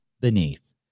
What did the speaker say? beneath